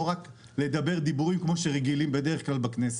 רק לדבר דיבורים כמו שבדרך כלל רגילים לעשות בכנסת.